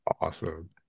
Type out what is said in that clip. Awesome